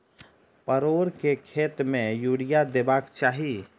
परोर केँ खेत मे यूरिया देबाक चही?